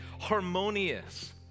harmonious